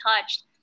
touched